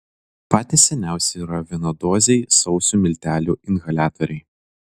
patys seniausi yra vienadoziai sausų miltelių inhaliatoriai